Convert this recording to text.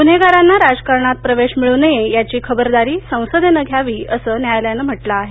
गुन्हेगारांना राजकारणात प्रवेश मिळू नये याची खबरदारी संसदेनं घ्यावी असं न्यायालयानं म्हंटल आहे